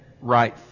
right